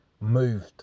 moved